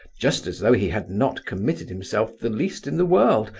just as though he had not committed himself the least in the world,